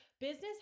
business